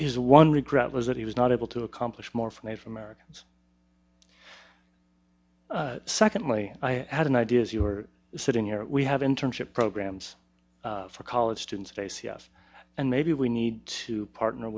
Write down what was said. is one regret was that he was not able to accomplish more from a from americans secondly i had an idea as you were sitting here we have internship programs for college students states yes and maybe we need to partner